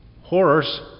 horrors